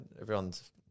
everyone's